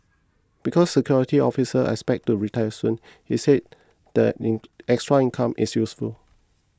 because the security officer expects to retire soon he said the in extra income is useful